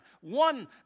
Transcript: one